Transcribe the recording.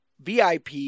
VIP